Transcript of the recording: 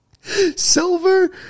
Silver